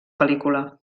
pel·lícula